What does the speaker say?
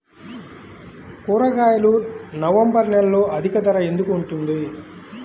కూరగాయలు నవంబర్ నెలలో అధిక ధర ఎందుకు ఉంటుంది?